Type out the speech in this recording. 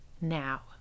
now